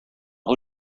who